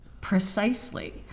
Precisely